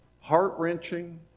heart-wrenching